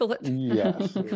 Yes